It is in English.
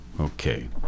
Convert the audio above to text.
Okay